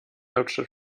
hauptstadt